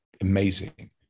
amazing